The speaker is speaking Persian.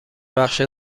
بخش